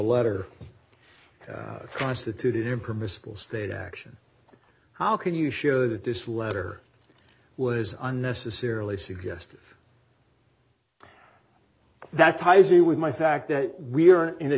letter constituted impermissible state action how can you show that this letter was unnecessarily suggestive that ties you with my fact that we are in a